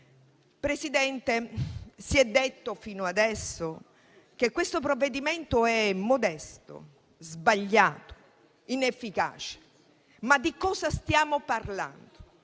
Presidente, si è detto fino ad ora che questo provvedimento è modesto, sbagliato inefficace. Ma di cosa stiamo parlando?